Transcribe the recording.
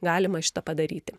galima šitą padaryti